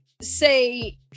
say